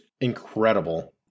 incredible